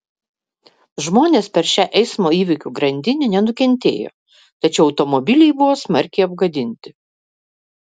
žmonės per šią eismo įvykių grandinę nenukentėjo tačiau automobiliai buvo smarkiai apgadinti